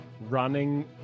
running